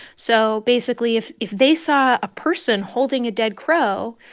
so basically, if if they saw a person holding a dead crow,